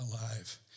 alive